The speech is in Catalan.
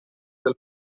del